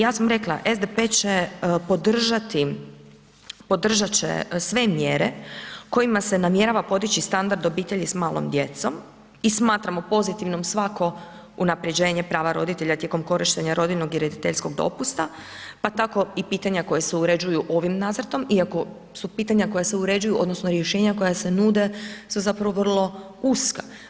Ja sam rekla, SDP će podržati, podržat će sve mjere kojima se namjerava podići standard obitelji s malom djecom i smatramo pozitivno svako unaprjeđenje prava roditelja tijekom korištenja rodiljnog i roditeljskog dopusta pa tako i pitanja koja se uređuju ovim nacrtom iako su pitanja koja se uređuju odnosno rješenja koja su nude su zapravo vrlo uska.